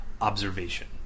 observation